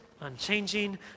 unchanging